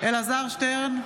אלעזר שטרן,